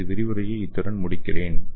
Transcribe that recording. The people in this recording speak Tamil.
எனது விரிவுரையை இத்துடன் முடிக்கிறேன்